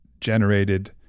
generated